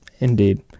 Indeed